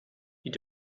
you